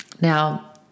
Now